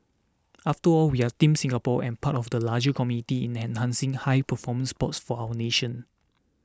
after all we are Team Singapore and part of the larger community in enhancing high performance sports for our nation